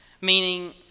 meaning